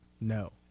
no